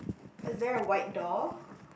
is there a white door